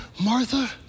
Martha